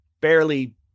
Barely